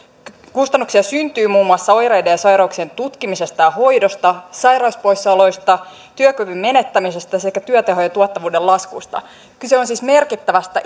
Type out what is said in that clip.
kustannuksia syntyy muun muassa oireiden ja sairauksien tutkimisesta ja hoidosta sairauspoissaoloista työkyvyn menettämisestä sekä työtehon ja tuottavuuden laskusta kyse on siis merkittävästä